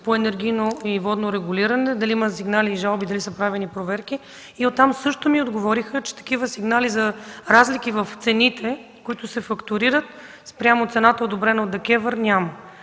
за енергийно и водно регулиране дали има сигнали и жалби и дали са правени проверки. Оттам също ни отговориха, че такива сигнали за разлики в цените, които се фактурират, спрямо цената, одобрена от ДКЕВР – няма.